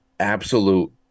absolute